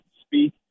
speak